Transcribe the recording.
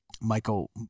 Michael